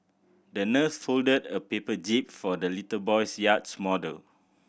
the nurse folded a paper jib for the little boy's yacht model